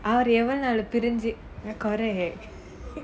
அவர் எவனால் பிரிஞ்சி கிறதே:avar evanaal pirinji kirathae